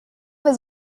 his